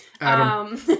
Adam